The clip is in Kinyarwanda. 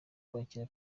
kwakira